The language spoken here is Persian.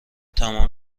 تمام